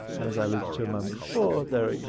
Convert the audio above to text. and as i alluded to a moment before, there are, you